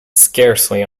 scarcely